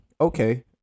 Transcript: okay